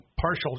partial